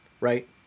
right